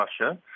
Russia